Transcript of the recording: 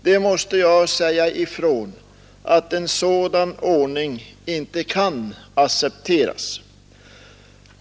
Jag måste säga ifrån att en sådan ordning inte är acceptabel.